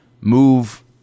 move